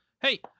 Hey